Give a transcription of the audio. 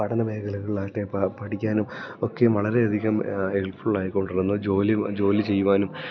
പഠന മേഖലകളിലാകട്ടെ പഠിക്കാനും ഒക്കെ വളരെയധികം ഹെൽപ്ഫുൾ ആയിക്കൊണ്ടിരുന്നു ജോലി ജോലി ചെയ്യുവാനും